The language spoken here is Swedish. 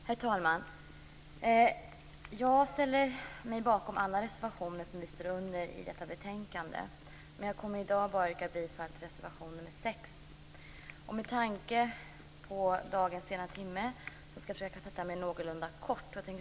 Herr talman! Jag ställer mig bakom alla reservationer till detta betänkande som Miljöpartiet har skrivit under. Jag kommer dock i dag att yrka bifall bara till reservation nr 6. Med tanke på dagens sena timme skall jag försöka fatta mig någorlunda kort.